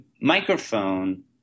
microphone